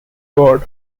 god